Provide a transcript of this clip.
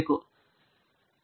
ಮತ್ತು ಮಾಡುವ ಸ್ಕ್ರೀನ್ ಇಲ್ಲಿದೆ